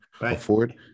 afford